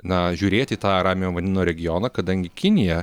na žiūrėt į tą ramiojo vandenyno regioną kadangi kinija